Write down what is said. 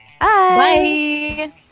Bye